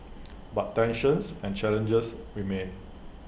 but tensions and challenges remain